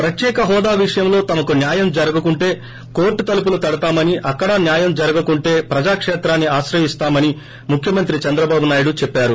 ప్రత్యేక హోదా విషయంలో తమకు న్యాయం జరగకుంటే కోర్లు తలుపులు తడతామని అక్కడా న్యాయం జరగకుంటే ప్రజాకేత్రాన్ని ఆశ్రయిస్తామని ముఖ్యమంత్రి చంద్రబాబునాయుడు చెప్పారు